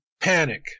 panic